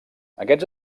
aquests